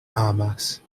amas